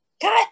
cut